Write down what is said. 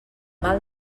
mal